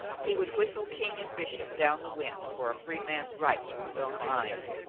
he would whistle king and bishop down the wind for a free man's right to his own mind,